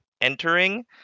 entering